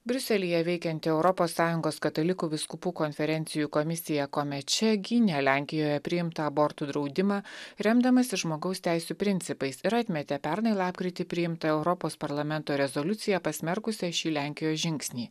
briuselyje veikianti europos sąjungos katalikų vyskupų konferencijų komisija komeče gynė lenkijoje priimtą abortų draudimą remdamasi žmogaus teisių principais ir atmetė pernai lapkritį priimtą europos parlamento rezoliuciją pasmerkusią šį lenkijos žingsnį